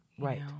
Right